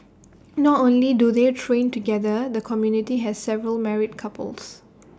not only do they train together the community has several married couples